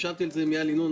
ישבתי עם זה עם איל ינון,